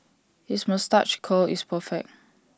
his moustache curl is perfect